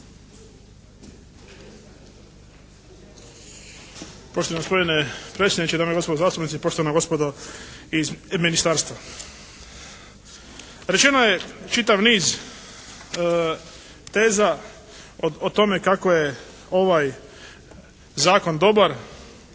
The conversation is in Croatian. Poštovani gospodine predsjedniče, dame i gospodo zastupnici, poštovana gospodo iz ministarstva! Rečeno je čitav niz teza o tome kako je ovaj zakon dobar.